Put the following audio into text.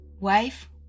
wife